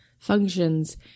functions